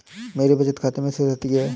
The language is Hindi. मेरे बचत खाते में शेष राशि क्या है?